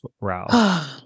ralph